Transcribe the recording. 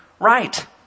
right